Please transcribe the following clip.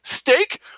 steak